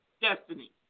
Destiny